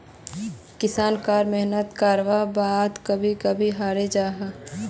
किसान करा मेहनात कारवार बाद भी कभी कभी हारे जाहा